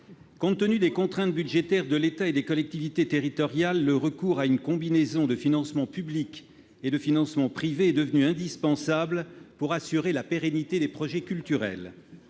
Compte tenu des contraintes budgétaires qui pèsent sur l'État et les collectivités territoriales, le recours à une combinaison de financements publics et privés est devenu indispensable pour assurer la pérennité des projets culturels